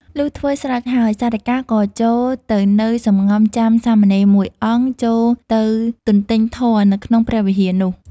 លុះធ្វើស្រេចហើយ សារិកា ក៏ចូលទៅនៅសម្ងំចាំសាមណេរមួយអង្គចូលទៅទន្ទេញធម៌នៅក្នុងព្រះវិហារនោះ ។